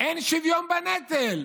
אין שוויון בנטל.